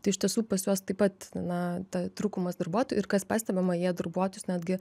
tai iš tiesų pas juos taip pat na ta trūkumas darbuotoj ir kas pastebima jie darbuotojus netgi